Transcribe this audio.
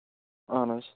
اَہن حظ